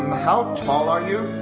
how tall are you?